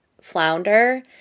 flounder